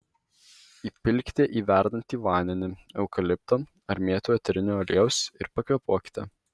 įpilkite į verdantį vandenį eukalipto ar mėtų eterinio aliejaus ir pakvėpuokite